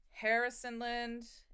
Harrisonland